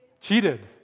Cheated